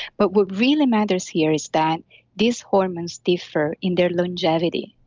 but what really matters here is that these hormones differ in their longevity.